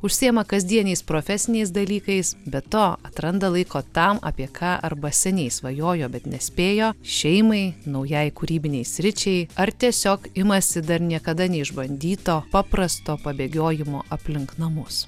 užsiima kasdieniais profesiniais dalykais be to atranda laiko tam apie ką arba seniai svajojo bet nespėjo šeimai naujai kūrybinei sričiai ar tiesiog imasi dar niekada neišbandyto paprasto pabėgiojimo aplink namus